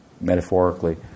Metaphorically